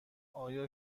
آیا